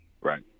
Right